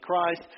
Christ